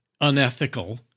unethical